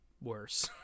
worse